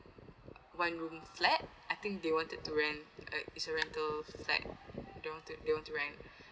one room flat I think they wanted to rent uh it's a rental flat they want to they want to rent